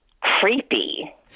creepy